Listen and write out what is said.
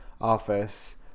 office